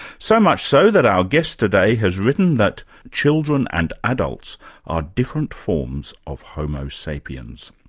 so much so, that our guest today has written that children and adults are different forms of homo sapiens.